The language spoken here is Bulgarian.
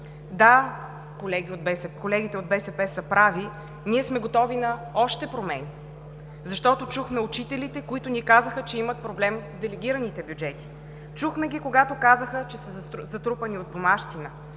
Да, колегите от БСП са прави: ние сме готови на още промени, защото чухме учителите, които ни казаха, че имат проблем с делегираните бюджети; чухме ги, когато казаха, че са затрупани от бумащина;